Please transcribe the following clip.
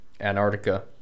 Antarctica